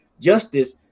justice